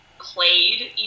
played